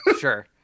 sure